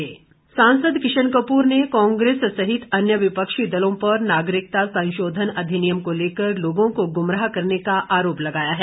नागरिकता संशोधन सांसद किशन कपूर ने कांग्रेस सहित अन्य विपक्षी दलों पर नागरिकता संशोधन अधिनियम को लेकर लोगों को गुमराह करने का आरोप लगाया है